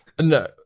no